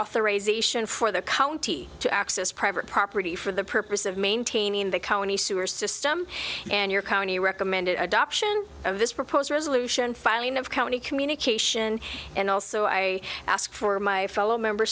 authorization for the county to access private property for the purpose of maintaining the county sewer system and your county recommended adoption of this proposed resolution filing of county communication and also i ask for my fellow member